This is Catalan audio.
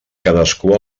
cadascú